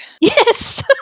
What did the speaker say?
Yes